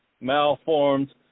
Malformed